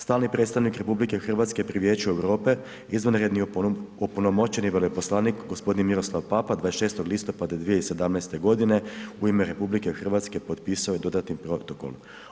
Stalni predstavnik RH pri Vijeću Europe izvanredni opunomoćeni veleposlanik g. Miroslav Papa 26. listopada 2017. g. u ime RH potpisao je dodatni protokol.